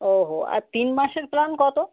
ও হো আর তিন মাসের প্ল্যান কত